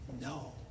no